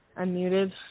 unmuted